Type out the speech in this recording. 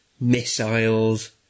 Missiles